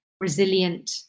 resilient